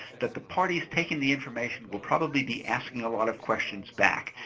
that the parties taking the information will probably be asking a lot of questions back.